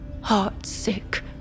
heartsick